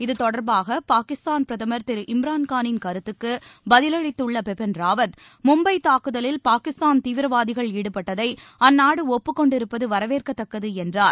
இத்தொடர்பாகபாகிஸ்தான் பிரதமர் திரு இம்ரான்கானின் கருத்துக்குபதிலளித்துள்ளபிபின் ராவத் பாகிஸ்தான் மும்பைதாக்குதலில் தீவிரவாதகள் ஈடுபட்டதைஅந்நாடுஒப்புக் கொண்டிருப்பதுவரவேற்கத்தக்கதுஎன்றார்